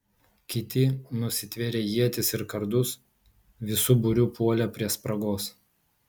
kiti nusitvėrę ietis ir kardus visu būriu puolė prie spragos